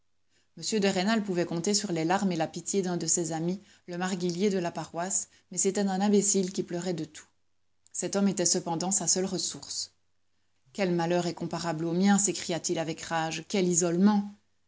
m de rênal pouvait compter sur les larmes et la pitié d'un de ses amis le marguillier de la paroisse mais c'était un imbécile qui pleurait de tout cet homme était cependant sa seule ressource quel malheur est comparable au mien s'écria-t-il avec rage quel isolement